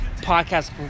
podcast